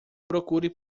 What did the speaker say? procure